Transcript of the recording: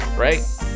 right